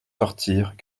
sortirent